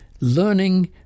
learning